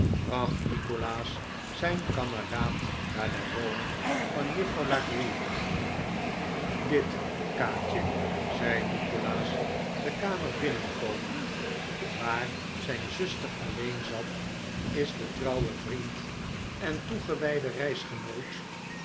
braqht nikolaas zijn kameraad naar de woning van juffrouw la creevy dit kaatje zei nikolaas de kamer binnenkomend waar zijn zuster alleen zat is de trouwe vriend en toegewijde